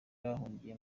bahungiye